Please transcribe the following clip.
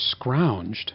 scrounged